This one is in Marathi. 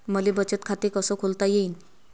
मले बचत खाते कसं खोलता येईन?